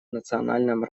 национальном